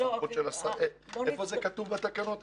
איפה זה כתוב בתקנות?